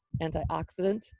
antioxidant